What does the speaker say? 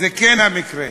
זה כן המקרה.